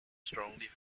strongly